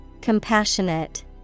Compassionate